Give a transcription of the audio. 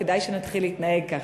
כדאי שנתחיל להתנהג כך.